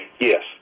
Yes